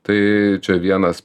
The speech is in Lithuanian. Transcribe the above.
tai čia vienas